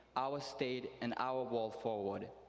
our state, and our world forward,